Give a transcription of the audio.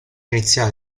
iniziali